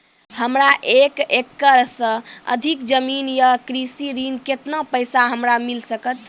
हमरा एक एकरऽ सऽ अधिक जमीन या कृषि ऋण केतना पैसा हमरा मिल सकत?